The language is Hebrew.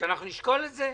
שאנחנו נשקול את זה?